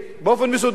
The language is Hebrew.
באופן מסודר,